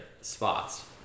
spots